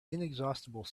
inexhaustible